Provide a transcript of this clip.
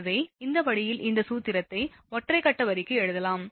எனவே இந்த வழியில் இந்த சூத்திரத்தை ஒற்றை கட்ட வரிக்கு எழுதலாம்